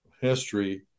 history